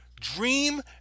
Dream